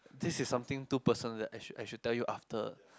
this is something too personal that I should I should tell you after